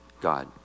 God